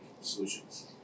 solutions